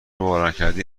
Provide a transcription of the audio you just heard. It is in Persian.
باورنکردنی